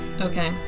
Okay